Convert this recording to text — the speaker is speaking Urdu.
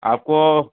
آپ کو